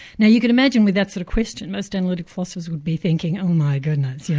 now you can imagine with that sort of question most analytic philosophers would be thinking, oh my goodness, yeah